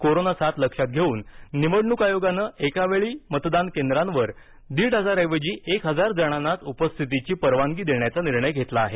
corona साथ लक्षात घेऊन निवडणूक आयोगानं एका वेळी मतदान केंद्रांवर दीड हजार ऐवजी एक हजार जणांनाच उपस्थितीची परवानगी देण्याचा निर्णय घेतला आहे